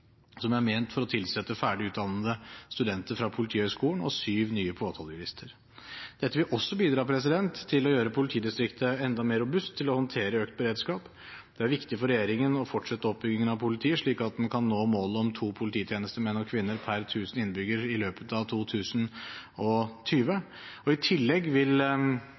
som er ment for ferdigutdannede studenter fra Politihøgskolen, og syv nye påtalejurister. Dette vil også bidra til å gjøre politidistriktet enda mer robust til å håndtere økt beredskap. Det er viktig for regjeringen å fortsette oppbyggingen av politiet, slik at en kan nå målet om to polititjenestemenn og -kvinner per 1 000 innbyggere i løpet av 2020. I tillegg vil